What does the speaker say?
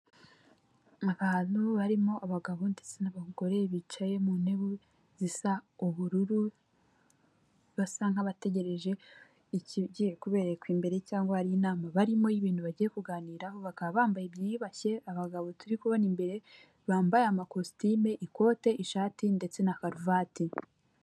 Abantu barimo abagabo ndetse n'abagore bicaye mu ntebe zisa ubururu basa nk'abategereje ikigiye kuberekwa imbere cyangwa hari inama barimo y'ibintu bagiye kuganiraho bakaba bambaye byiyubashye abagabo turi kubona imbere bambaye amakositimu, ikote, ishati ndetse na karuvati.